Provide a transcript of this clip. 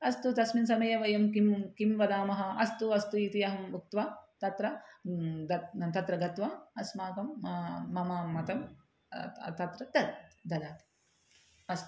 अस्तु तस्मिन् समये वयं किं किं वदामः अस्तु अस्तु इति अहम् उक्त्वा तत्र दत् तत्र गत्वा अस्माकं मम मतं त तत्र त ददाति अस्तु